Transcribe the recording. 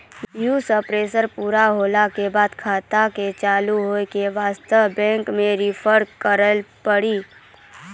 यी सब प्रोसेस पुरा होला के बाद खाता के चालू हो के वास्ते बैंक मे रिफ्रेश करैला पड़ी?